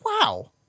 wow